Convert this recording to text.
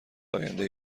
آینده